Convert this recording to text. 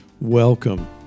Welcome